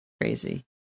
crazy